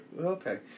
Okay